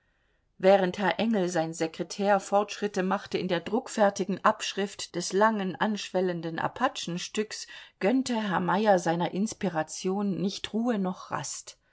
während herr engel sein sekretär fortschritte machte in der druckfertigen abschrift des langsam anschwellenden apachenstücks gönnte herr meyer seiner inspiration nicht ruhe noch rast